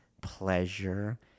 pleasure